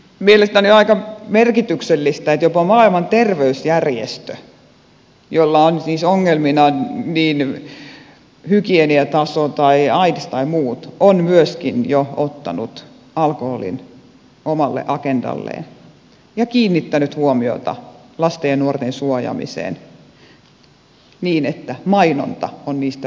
mielestäni on aika merkityksellistä että jopa maailman terveysjärjestö jolla on siis ongelmina niin hygieniataso kuin aids tai muut on myöskin jo ottanut alkoholin omalle agendalleen ja kiinnittänyt huomiota lasten ja nuorten suojaamiseen niin että mainonta on niistä yksi keino